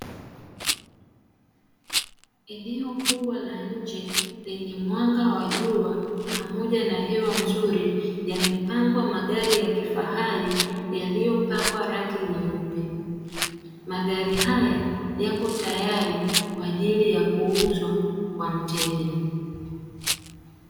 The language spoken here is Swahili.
Eneo kubwa la nje lenye mwanga wa jua pamoja na hewa nzuri, yamepangwa magari ya kifahari yaliyopakwa rangi nyeupe magari haya yapo tayari kwaajili ya kuuzwa kwa mteja.